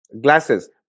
glasses